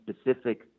specific